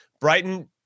Brighton